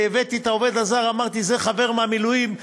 הבאתי את העובד הזר ואמרתי: זה חבר מהמילואים,